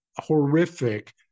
horrific